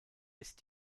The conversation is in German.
ist